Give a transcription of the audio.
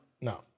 No